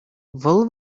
вӑл